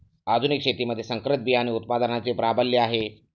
आधुनिक शेतीमध्ये संकरित बियाणे उत्पादनाचे प्राबल्य आहे